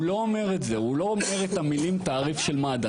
הוא לא אומר את המילים תעריף מד"א,